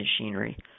machinery